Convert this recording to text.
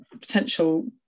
potential